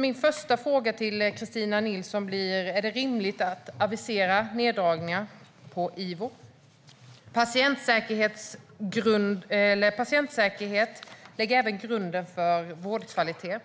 Min första fråga till Kristina Nilsson blir: Är det rimligt att avisera neddragningar på Ivo? Patientsäkerhet lägger även grunden för vårdkvalitet.